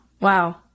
Wow